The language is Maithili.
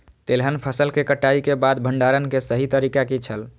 तेलहन फसल के कटाई के बाद भंडारण के सही तरीका की छल?